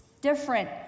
Different